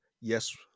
Yes